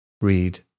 Read